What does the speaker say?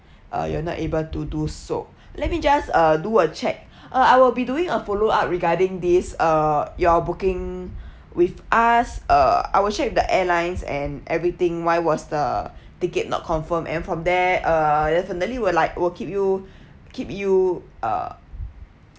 uh you're not able to do so let me just uh do a check uh I will be doing a follow up regarding this uh your booking with us uh I will check with the airlines and everything why was the ticket not confirm and from there uh definitely we'll like we'll keep you keep you uh